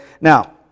Now